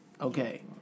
okay